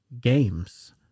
games